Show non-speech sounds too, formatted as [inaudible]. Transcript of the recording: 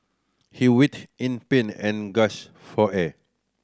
he [unintelligible] in pain and [unintelligible] for air